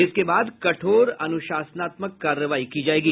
इसके बाद कठोर अनुशासनात्मक कार्रवाई की जायेगी